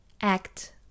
act